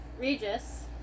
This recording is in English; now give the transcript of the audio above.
Regis